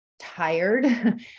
tired